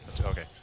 Okay